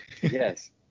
Yes